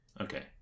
Okay